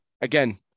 again